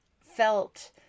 felt